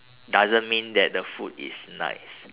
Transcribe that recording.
doesn't mean that the food is nice